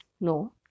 No